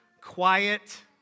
quiet